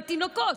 בתינוקות,